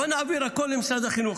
בואו נעביר הכול למשרד החינוך,